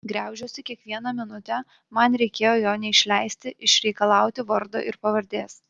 griaužiuosi kiekvieną minutę man reikėjo jo neišleisti išreikalauti vardo ir pavardės